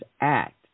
Act